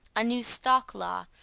a new stock-law,